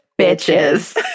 bitches